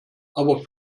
aber